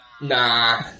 Nah